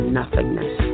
nothingness